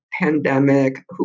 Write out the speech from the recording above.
pandemic